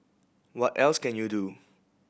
what else can you do